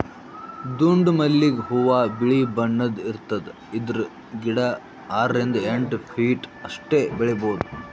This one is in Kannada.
ದುಂಡ್ ಮಲ್ಲಿಗ್ ಹೂವಾ ಬಿಳಿ ಬಣ್ಣದ್ ಇರ್ತದ್ ಇದ್ರ್ ಗಿಡ ಆರರಿಂದ್ ಎಂಟ್ ಫೀಟ್ ಅಷ್ಟ್ ಬೆಳಿಬಹುದ್